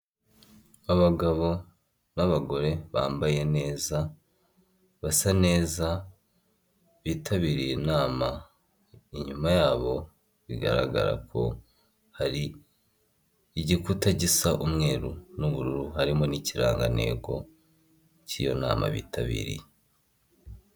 Abagabo n'abagore bambaye neza basa neza bitabiriye inama inyuma yabo bigaragara ko hari igikuta gisa umweru n'ubururu harimo n'ikirangantego cy'iyo nama bitabiriye.